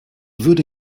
würde